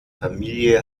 familie